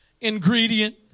ingredient